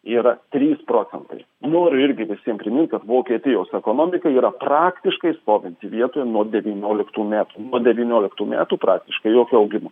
yra trys procentai noriu irgi visiem primint kad vokietijos ekonomika yra praktiškai stovinti vietoje nuo devynioliktų metų nuo devynioliktų metų praktiškai jokio augimo